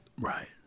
right